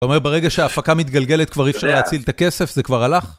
אתה אומר ברגע שההפקה מתגלגלת כבר אי אפשר להציל את הכסף, זה כבר הלך?